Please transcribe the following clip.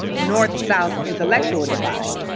north-south intellectual divide.